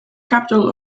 capital